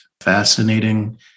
fascinating